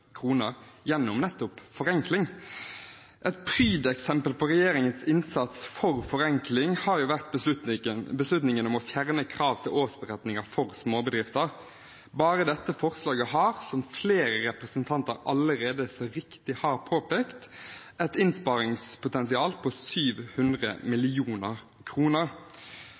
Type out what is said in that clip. gjennom nettopp forenkling. Et prydeksempel på regjeringens innsats for forenkling har jo vært beslutningen om å fjerne krav til årsberetninger for småbedrifter. Bare dette forslaget har, som flere representanter allerede så riktig har påpekt, et innsparingspotensial på 700